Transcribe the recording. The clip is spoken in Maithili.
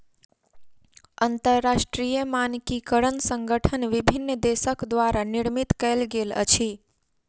अंतरराष्ट्रीय मानकीकरण संगठन विभिन्न देसक द्वारा निर्मित कयल गेल अछि